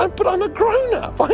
um but i'm a grown up i'm